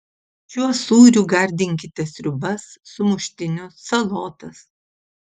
šiuo sūriu gardinkite sriubas sumuštinius salotas